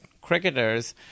cricketers